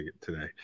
today